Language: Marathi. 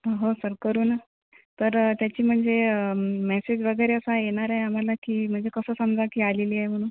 हा हो सर करोना तर त्याची म्हणजे मेसेज वगैरे असा येणार आहे आम्हाला की कसं समजा की आलेली म्हणून